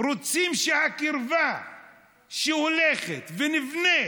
רוצים שהקרבה שהולכת ונבנית,